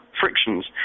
frictions